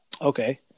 Okay